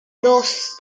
dos